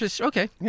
okay